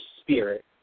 spirit